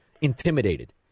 intimidated